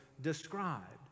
described